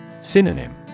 Synonym